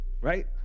right